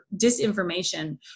disinformation